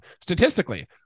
statistically